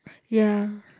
ya